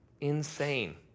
insane